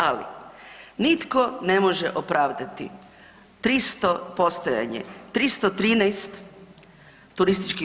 Ali, nitko ne može opravdati 300, postojanje 313 TZ.